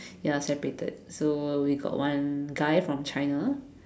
ya separated so we got one guy from China